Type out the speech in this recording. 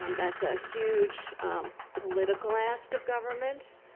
um that's a huge political ask of governments,